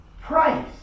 price